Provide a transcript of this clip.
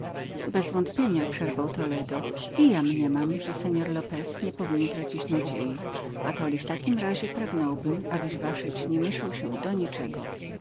przyjeżdżać bezwątpienia przerwał toledo i ja mniemam że seor lopez nie powinien tracić nadziei atoli w takim razie pragnąłbym abyś waszeć nie mieszał się do niczego